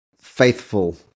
faithful